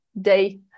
day